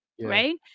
right